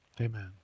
Amen